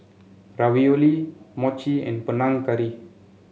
Ravioli Mochi and Panang Curry